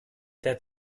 der